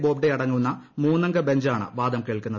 ബോബ്ഡേ അടങ്ങുന്ന മൂന്നംഗ ബഞ്ചാണ് വാദം കേൾക്കുന്നത്